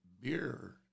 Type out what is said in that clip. beer